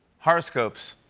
horoscopes.